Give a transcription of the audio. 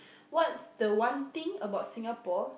what's the one thing about Singapore